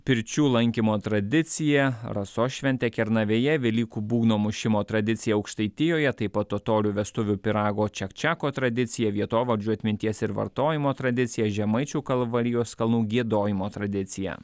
pirčių lankymo tradicija rasos šventę kernavėje velykų būgno mušimo tradicija aukštaitijoje taip pat totorių vestuvių pyrago čekčeko tradicija vietovardžių atminties ir vartojimo tradicija žemaičių kalvarijos kalnų giedojimo tradicija